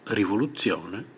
rivoluzione